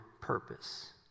purpose